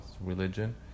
Religion